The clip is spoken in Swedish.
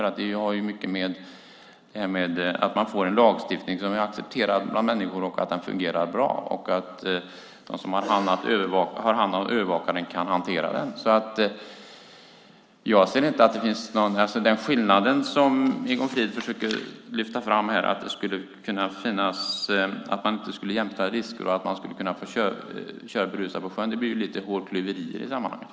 Det har ju mycket att göra med att man får en lagstiftning som är accepterad bland människor och som fungerar bra. De som har hand om övervakandet måste också kunna hantera den. Den skillnad som Egon Frid försöker lyfta fram här - att man inte skulle jämföra risker och att man skulle kunna få köra berusad på sjön - innebär lite hårklyverier i sammanhanget.